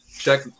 check